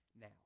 now